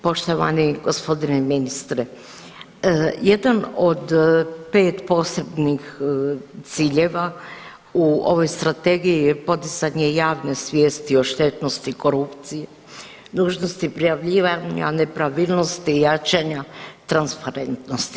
Poštovani gospodine ministre, jedan od 5 posebnih ciljeva u ovoj strategiji je podizanje javne svijesti o štetnosti korupcije, dužnosti prijavljivanja nepravilnosti i jačanja transparentnosti.